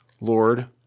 Lord